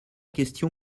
question